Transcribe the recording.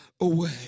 away